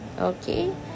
Okay